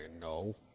no